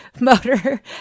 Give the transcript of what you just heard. motor